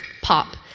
pop